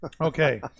Okay